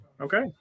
Okay